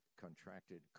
contracted